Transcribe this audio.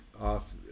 off